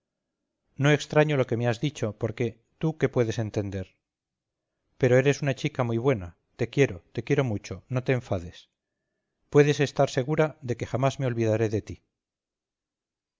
no extraño lo que me has dicho porque tú qué puedes entender pero eres una chica muy buena te quiero te quiero mucho no te enfades puedes estar segura de que jamás me olvidaré de ti